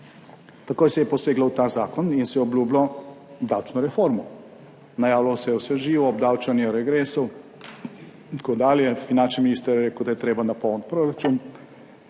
Takoj se je poseglo v ta zakon in se je obljubilo davčno reformo. Najavljalo se je vse živo, obdavčenje regresov in tako dalje, finančni minister je rekel, da je treba napolniti proračun,